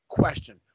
question